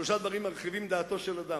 שלושה דברים מרחיבים דעתו של אדם: